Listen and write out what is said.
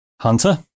Hunter